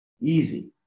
Easy